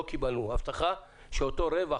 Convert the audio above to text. לא קיבלנו הבטחה שאותו רווח,